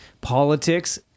politics